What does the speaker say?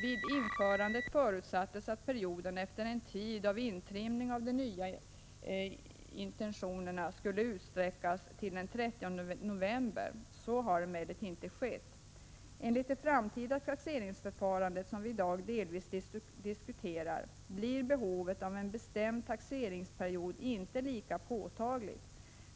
Vid införandet förutsattes att perioden efter en tid av intrimning av de nya intentionerna skulle utsträckas till den 30 november. Så har alltså inte skett. Enligt det framtida taxeringsförfarandet, som vi i dag delvis diskuterar, blir behovet av en bestämd taxeringsperiod inte lika påtagligt.